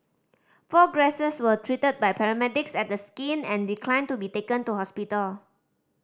four were treated by paramedics at the skin and declined to be taken to hospital